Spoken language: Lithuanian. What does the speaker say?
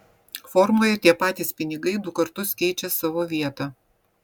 formoje tie patys pinigai du kartus keičia savo vietą